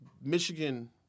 Michigan